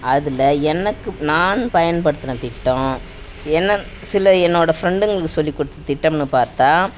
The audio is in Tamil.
அதில் எனக்கு நான் பயன்படுத்தின திட்டம் என்னென் சில என்னோடய ஃபிரண்டுங்களுக்கு சொல்லி கொடுத்த திட்டம்னு பார்த்தா